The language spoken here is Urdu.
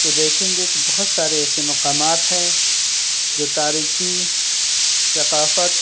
تو دیکھیں گے کہ بہت سارے ایسے مقامات ہیں جو تاریخی ثقافت